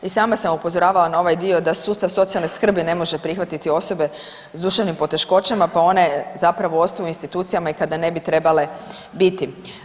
I sama sam upozoravala na ovaj dio da sustav socijalne skrbi ne može prihvatiti osobe s duševnim poteškoćama, pa one zapravo ostaju u institucijama i kada ne bi trebale biti.